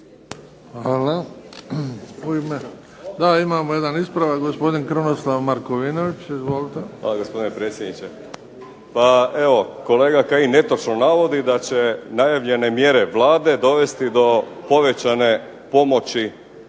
Hvala. Imamo jedan ispravak, gospodin Krunoslav Markovinović. Izvolite. **Markovinović, Krunoslav (HDZ)** Hvala gospodine predsjedniče. Pa evo kolega Kajin netočno navodi da će najavljene mjere dovesti do povećane pomoći,